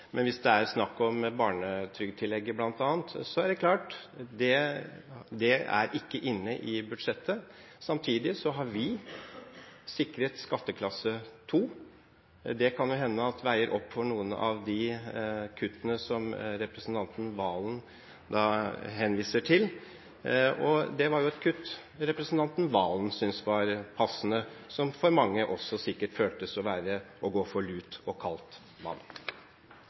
Men hvis det bl.a. er snakk om barnetrygdtillegget, er det klart at det ikke er inne i budsjettet. Samtidig har vi sikret skatteklasse 2, og det kan vel hende at det veier opp for noen av de kuttene som representanten Serigstad Valen henviser til. Det var et kutt representanten Serigstad Valen syntes var passende, som for mange også sikkert føltes å være å gå for lut og kaldt vann.